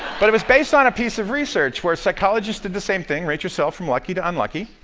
but it was based on a piece of research where psychologists did the same thing, rate yourself from lucky to unlucky.